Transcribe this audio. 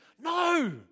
No